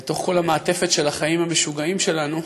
את כל המעטפת של החיים המשוגעים שלנו,